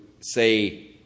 say